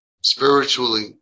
Spiritually